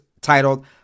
titled